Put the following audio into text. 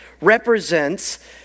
represents